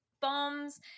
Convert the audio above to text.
bombs